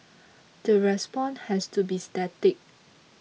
the response has to be static